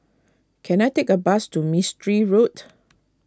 can I take a bus to Mistri Road